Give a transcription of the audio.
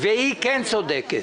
הוא לא יכול לקצץ את זה.